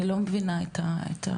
אני לא מבינה את הפרמטר.